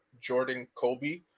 Jordan-Kobe